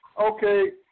okay